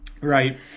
Right